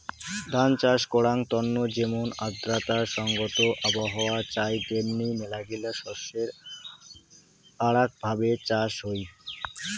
ধান চাষ করাঙ তন্ন যেমন আর্দ্রতা সংগত আবহাওয়া চাই তেমনি মেলাগিলা শস্যের আরাক ভাবে চাষ হই